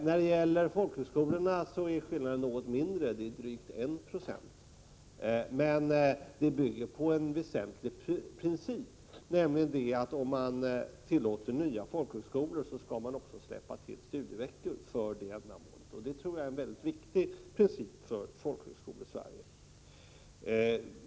När det gäller folkhögskolorna är skillnaden något mindre — drygt 1 960. Men här gäller en väsentlig princip: Om man tillåter nya folkhögskolor, skall man också släppa till studieveckor för ändamålet. Det tror jag är en väldigt viktig princip för Folkhögskolesverige.